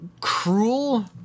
cruel